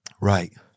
Right